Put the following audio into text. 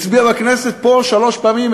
הצביע בכנסת פה שלוש פעמים,